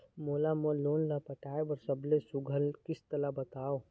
मोला मोर लोन ला पटाए बर सबले सुघ्घर किस्त ला बताव?